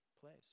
place